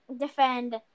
defend